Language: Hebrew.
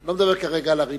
אני לא מדבר כרגע על הריבונות.